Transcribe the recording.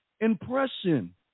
impression